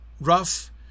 Rough